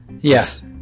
Yes